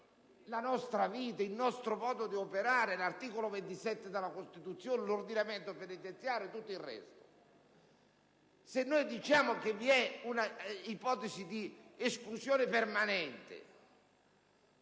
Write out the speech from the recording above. la nostra vita, il nostro modo di operare, l'articolo 27 della Costituzione, l'ordinamento penitenziario e tutto il resto? Se diciamo che vi è un'ipotesi di esclusione permanente,